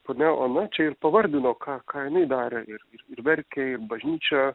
ponia ona čia ir pavardino ką ką jinai darė ir ir verkė ir bažnyčia